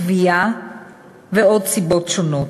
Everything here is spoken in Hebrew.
כווייה ועוד סיבות שונות.